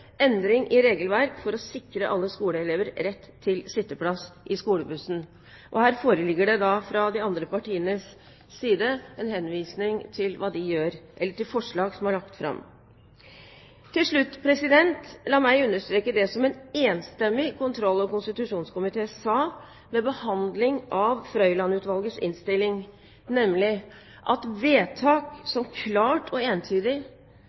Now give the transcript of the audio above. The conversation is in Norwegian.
endring i regelverk for å sikre alle skoleelever rett til sitteplass i skolebussen. Her foreligger det da fra de andre partienes side en henvisning til forslag som er lagt fram. Til slutt: La meg understreke det som en enstemmig kontroll- og konstitusjonskomité sa ved behandlingen av Frøiland-utvalgets innstilling, nemlig at vedtak som klart og entydig